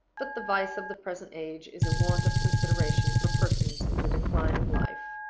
but the vice of the present age is a want of consideration for persons in the decline of life.